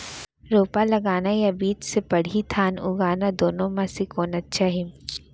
रोपा लगाना या बीज से पड़ही धान उगाना दुनो म से कोन अच्छा हे?